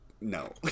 No